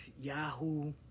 Yahoo